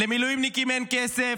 למילואימניקים אין כסף,